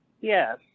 Yes